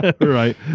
Right